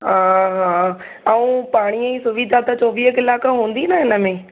हा हा ऐं पाणी जी सुविधा चोवीह कलाक हूंदी न हिन में